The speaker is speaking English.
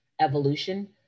evolution